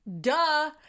duh